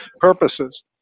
purposes